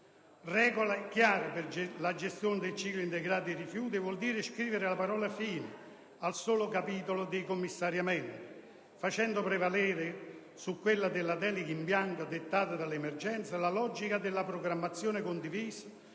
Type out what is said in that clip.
regole chiare per la gestione del ciclo integrato dei rifiuti vuol dire scrivere la parola fine sotto il capitolo dei commissariamenti, facendo prevalere, su quella della delega in bianco dettata dall'emergenza, la logica della programmazione condivisa,